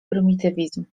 prymitywizm